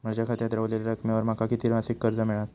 माझ्या खात्यात रव्हलेल्या रकमेवर माका किती मासिक कर्ज मिळात?